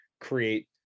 create